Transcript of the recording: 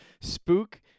spook